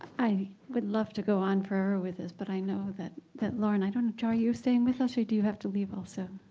i would love to go on forever with this but i know that that lauren, i don't know. are you staying with us or do you have to leave also?